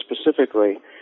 specifically